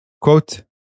quote